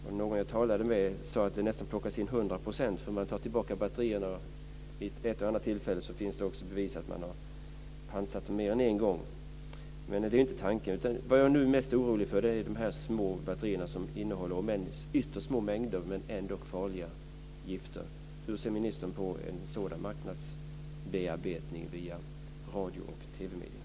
Och några som jag talade med sade att nästan 100 % plockas in. Vid ett och annat tillfälle finns det bevis för att man har pantsatt dem mer än en gång. Men det är ju inte tanken. Vad jag nu är mest orolig för är de små batterier som innehåller ytterst små mängder av dessa farliga gifter. Hur ser ministern på en sådan marknadsbearbetning via radio och TV-mediet?